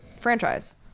franchise